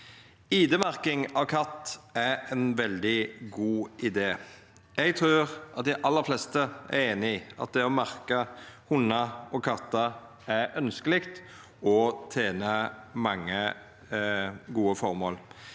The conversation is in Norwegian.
ID-merking av katt er ein veldig god idé. Eg trur dei aller fleste er einig i at det å merka hundar og kattar er ønskjeleg og tener mange gode føremål.